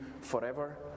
forever